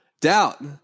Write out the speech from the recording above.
Doubt